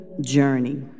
Journey